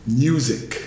music